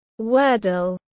Wordle